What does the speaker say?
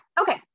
Okay